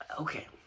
Okay